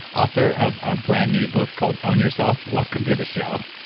author of a brand new book called own your self welcome to the show